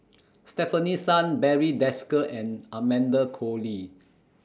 Stefanie Sun Barry Desker and Amanda Koe Lee